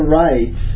right